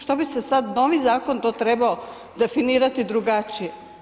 Što bi sada novi zakon to trebao definirati drugačije?